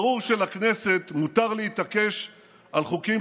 ברור שלכנסת מותר להתעקש על חוקים